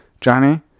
Johnny